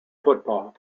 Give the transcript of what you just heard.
football